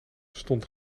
stond